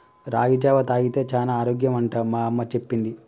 రాగి జావా తాగితే చానా ఆరోగ్యం అంట మా అమ్మ చెప్పింది